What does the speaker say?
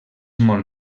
molt